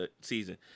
season